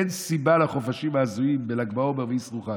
אין סיבה לחופשים ההזויים בל"ג בעומר ואסרו חג.